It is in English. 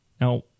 Now